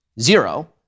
zero